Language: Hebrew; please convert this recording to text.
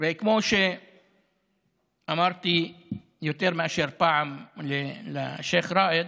וכמו שאמרתי יותר מאשר פעם לשייח' ראאד: